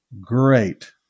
great